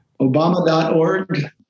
Obama.org